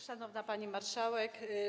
Szanowna Pani Marszałek!